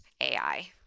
AI